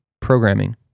programming